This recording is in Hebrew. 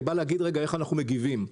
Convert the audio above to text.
אני בא להגיד איך אנחנו מגיבים.